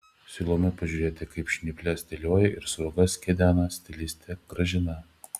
siūlome pasižiūrėti kaip žnyples dėlioja ir sruogas kedena stilistė gražina